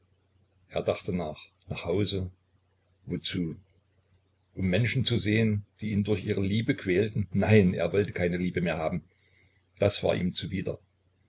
er dachte nach nach hause wozu um menschen zu sehen die ihn durch ihre liebe quälten nein er wollte keine liebe mehr haben das war ihm zuwider